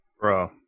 Bro